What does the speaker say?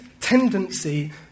tendency